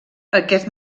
aquest